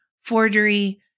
forgery